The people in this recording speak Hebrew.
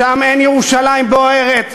שם אין ירושלים בוערת,